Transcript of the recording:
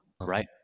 Right